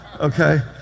okay